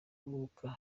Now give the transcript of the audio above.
kuruhuka